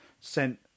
Sent